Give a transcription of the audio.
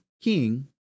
king